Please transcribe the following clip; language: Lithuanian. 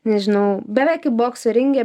nežinau beveik kaip bokso ringe